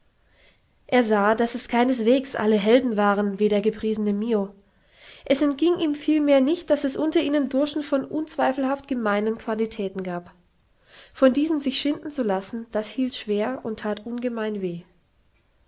er sah daß es keineswegs alle helden waren wie der gepriesene mio es entging ihm vielmehr nicht daß es unter ihnen burschen von unzweifelhaft gemeinen qualitäten gab von diesen sich schinden zu lassen das hielt schwer und that ungemein weh